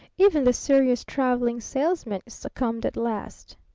even the serious traveling salesman succumbed at last.